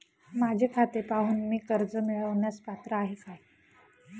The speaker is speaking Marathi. माझे खाते पाहून मी कर्ज मिळवण्यास पात्र आहे काय?